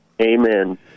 Amen